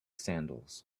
sandals